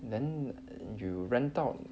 then you rent out